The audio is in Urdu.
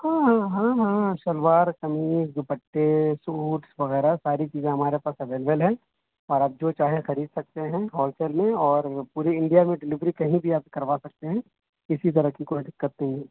ہاں ہاں ہاں ہاں شلوار قمیص دوپٹے سوٹ وغیرہ ساری چیزیں ہمارے پاس اویلیبل ہیں اور آپ جو چاہیں خرید سکتے ہیں ہولسیل میں اور پوری انڈیا میں ڈلیوری کہیں بھی آپ کروا سکتے ہیں کسی طرح کی کوئی دقت نہیں